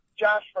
Josh